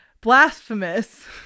Blasphemous